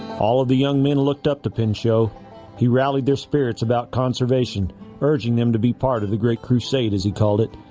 all of the young men looked up to pinchot he rallied their spirits about conservation urging them to be part of the great crusade as he called it